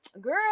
girl